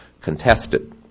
contested